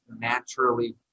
naturally